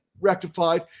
rectified